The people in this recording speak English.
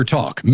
Talk